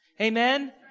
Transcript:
Amen